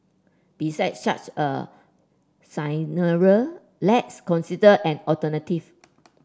besides such a scenario let's consider an alternative